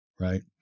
right